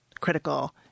critical